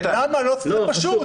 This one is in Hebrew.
למה לא עושים פשוט?